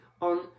on